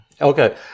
Okay